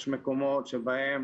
יש מקומות שבהם